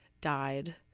died